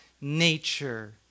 nature